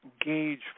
gauge